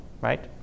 Right